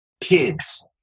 kids